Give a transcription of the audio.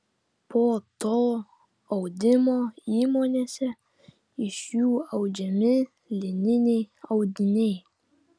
po to audimo įmonėse iš jų audžiami lininiai audiniai